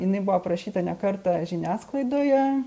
jinai buvo aprašyta ne kartą žiniasklaidoje